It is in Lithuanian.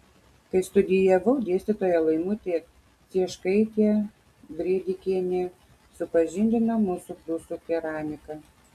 kai studijavau dėstytoja laimutė cieškaitė brėdikienė supažindino mus su prūsų keramika